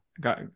got